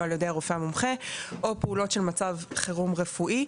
על ידי הרופא המומחה או פעולות של מצב חירום רפואי,